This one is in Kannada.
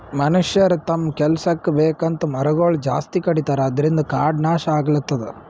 ಮನಷ್ಯರ್ ತಮ್ಮ್ ಕೆಲಸಕ್ಕ್ ಬೇಕಂತ್ ಮರಗೊಳ್ ಜಾಸ್ತಿ ಕಡಿತಾರ ಅದ್ರಿನ್ದ್ ಕಾಡ್ ನಾಶ್ ಆಗ್ಲತದ್